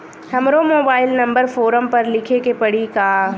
हमरो mobile number form पर लिखे के पड़ी का?